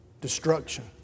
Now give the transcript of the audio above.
destruction